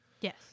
Yes